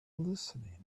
listening